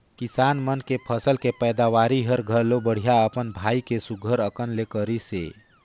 किसान मन के फसल के पैदावरी हर घलो बड़िहा अपन भाई के सुग्घर अकन ले करिसे